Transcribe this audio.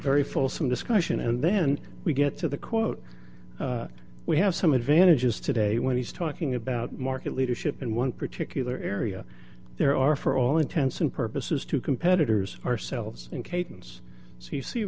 very fulsome discussion and then we get to the quote we have some advantages today when he's talking about market leadership and one particular area there are for all intents and purposes two competitors ourselves and cadence see see